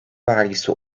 vergisi